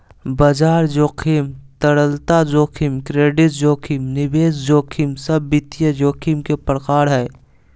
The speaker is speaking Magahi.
बाजार जोखिम, तरलता जोखिम, क्रेडिट जोखिम, निवेश जोखिम सब वित्तीय जोखिम के प्रकार हय